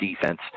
defense